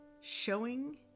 Showing